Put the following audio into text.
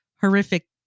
horrific